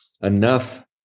enough